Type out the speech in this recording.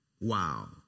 Wow